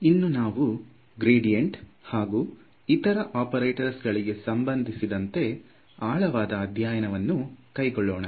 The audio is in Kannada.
ಇನ್ನು ನಾವು ಗ್ರೇಡಿಯಂಟ್ ಹಾಗೂ ಇತರ ಒಪೆರೇಟಾರ್ಸ್ ಗಳಿಗೆ ಸಂಬಂದಿಸಿದನಂತೆ ಆಳವಾದ ಅಧ್ಯಯನ ವನ್ನು ಕೈಗೊಳ್ಳೋಣ